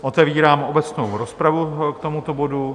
Otevírám obecnou rozpravu k tomuto bodu.